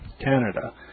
Canada